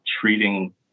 treating